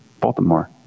Baltimore